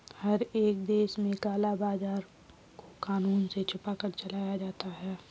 हर एक देश में काला बाजार को कानून से छुपकर चलाया जाता है